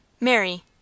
Mary